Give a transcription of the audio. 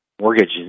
mortgages